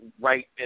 right